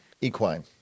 Equine